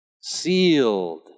Sealed